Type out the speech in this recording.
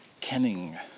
kenning